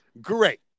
Great